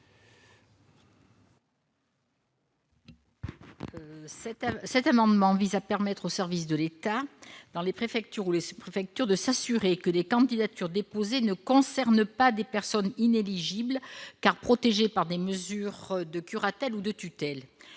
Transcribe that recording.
Cet amendement vise à permettre aux services de l'État dans les préfectures ou les sous-préfectures de s'assurer que les candidatures déposées ne concernent pas des personnes inéligibles, car protégées par des mesures de curatelle ou de tutelle.